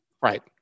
Right